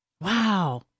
Wow